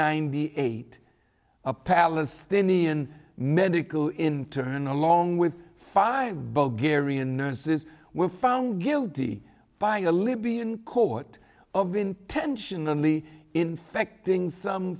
ninety eight a palestinian medical internal long with five bug area nurses were found guilty by a libyan court of intentionally infecting some